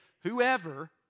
whoever